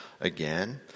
again